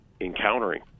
encountering